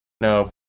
no